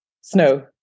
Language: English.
snow